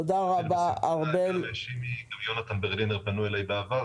גם שימי וגם יונתן ברלינר פנו אליי בעבר.